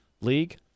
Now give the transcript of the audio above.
league